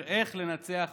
לנצח מגפה".